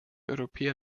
europäer